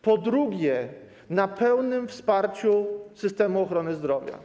Po drugie, na pełnym wsparciu systemu ochrony zdrowia.